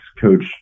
coach